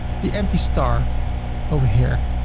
the empty star over here,